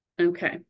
okay